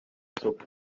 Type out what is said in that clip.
isoko